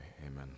amen